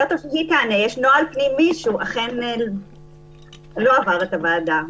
יש נוהל פנימי שהוא אכן לא עבר את הוועדה.